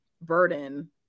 burden